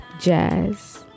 jazz